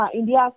India